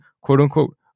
quote-unquote